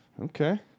Okay